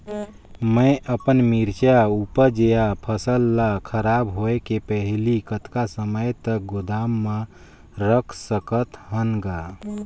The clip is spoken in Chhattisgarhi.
मैं अपन मिरचा ऊपज या फसल ला खराब होय के पहेली कतका समय तक गोदाम म रख सकथ हान ग?